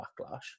backlash